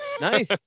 Nice